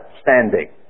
standing